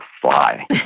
fly